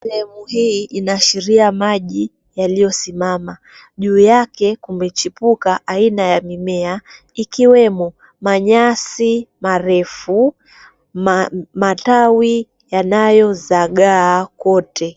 Sehemu hii inaashiria maji yaliyosimama. Juu yake kumechipuka aina ya mimea ikiwemo manyasi marefu, matawi yanayozagaa kote.